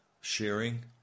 sharing